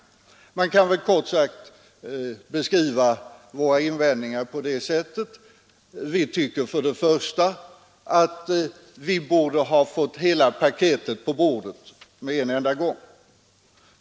Man kan väl kort sagt beskriva våra invändningar på det här sättet: För det första tycker vi att vi borde ha fått hela paketet på bordet med en enda gång.